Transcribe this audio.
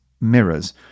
mirrors